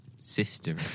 sister